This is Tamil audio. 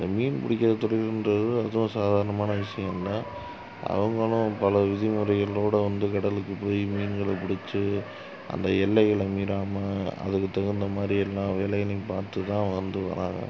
இந்த மீன் பிடிக்கிற தொழிலுன்றது அதுவும் சாதாரணமான விஷயம் இல்லை அவங்களும் பல விதிமுறைகளோடு வந்து கடலுக்கு போய் மீன்களைப் புடிச்சு அந்த எல்லைகளை மீறாமல் அதுக்கு தகுந்தமாதிரி எல்லா வேலைகளையும் பார்த்துதான் வந்து வர்றாங்க